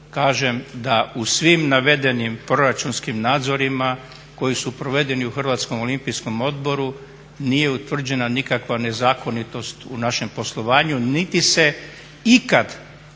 kažem da u svim navedenim proračunskim nadzorima koji su provedeni u Hrvatskom olimpijskom odboru nije utvrđena nikakva nezakonitost u našem poslovanju niti se ikad